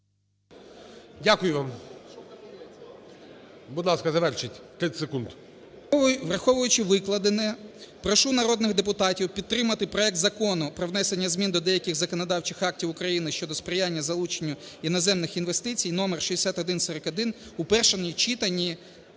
Дякую вам. Будь ласка, завершіть 30 секунд. РІЗАНЕНКО П.О. Враховуючи викладене прошу народних депутатів підтримати проект Закону про внесення змін до деяких законодавчих актів України щодо сприяння залученню іноземних інвестицій (№ 6141) в першому читанні.